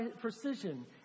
precision